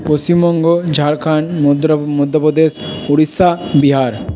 Paschimbanga Jharkhand Madhya Pradesh Orissa Bihar